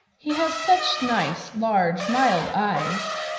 he has such nice, large, mild eyes.